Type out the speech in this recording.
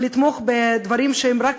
ולתמוך בדברים שרק